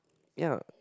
ya